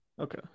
okay